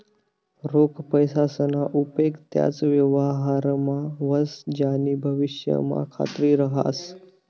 रोख पैसासना उपेग त्याच व्यवहारमा व्हस ज्यानी भविष्यमा खात्री रहास